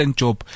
job